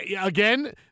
Again